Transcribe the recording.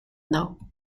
now